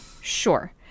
Sure